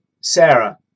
Sarah